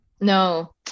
no